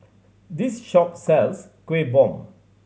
this shop sells Kueh Bom